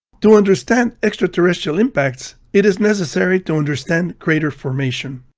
to understand extraterrestrial impacts, it is necessary to understand crater formation.